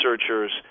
researchers